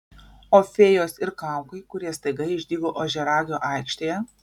o fėjos ir kaukai kurie staiga išdygo ožiaragio aikštėje